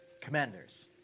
commanders